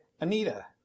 Anita